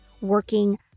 working